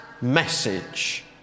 message